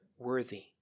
worthy